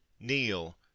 kneel